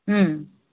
ও